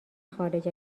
خارج